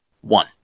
One